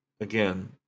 Again